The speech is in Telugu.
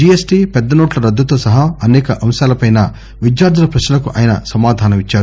జీ ఎస్టీ పెద్దనోట్ల రద్దుతో సహా అసేక అంశాలపై విద్యార్థుల ప్రశ్నలకు ఆయన సమాధానమిచ్చారు